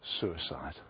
suicide